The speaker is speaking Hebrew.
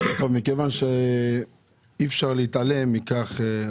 מכיוון שאי-אפשר להתעלם מכך,